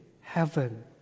heaven